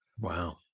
Wow